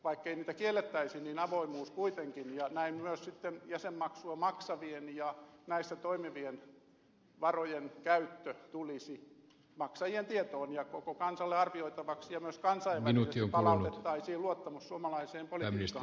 vaikkei niitä kiellettäisi avoimuus kuitenkin paranisi ja näin myös sitten jäsenmaksua maksavien ja näissä toimivien varojen käyttö tulisi maksajien tietoon ja koko kansalle arvioitavaksi ja myös kansainvälisesti palautettaisiin luottamus suomalaiseen politiikkaan